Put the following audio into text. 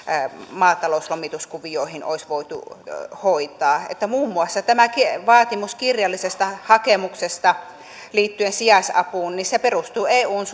maatalouslomituskuvioihin olisi voitu hoitaa muun muassa tämä vaatimus kirjallisesta hakemuksesta liittyen sijaisapuun perustuu eun